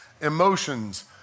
Emotions